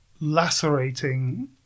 lacerating